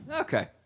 okay